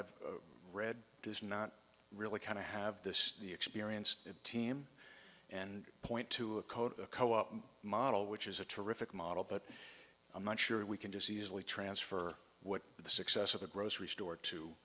i've read does not really kind of have this the experienced team and point to a code a co op model which is a terrific model but i'm not sure we can just easily transfer what the success of the grocery store to